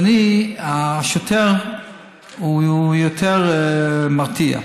השוטר יותר מרתיע,